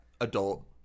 adult